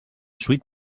sweet